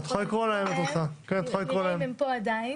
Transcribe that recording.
נראה אם הם עדיין פה.